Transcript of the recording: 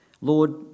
Lord